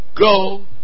go